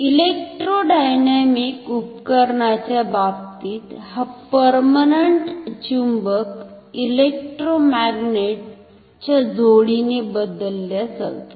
electrodynamic उपकरणाच्या बाबतीत हा पर्मनंट चुंबक इलेक्ट्रोमॅग्नेटस च्या जोडीने बदलला जातो